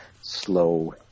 slow